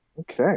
Okay